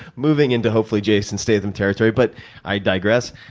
moving into hopefully jason statham territory. but i digress.